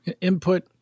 input